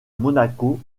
monaco